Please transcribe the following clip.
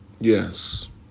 Yes